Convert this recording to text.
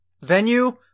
venue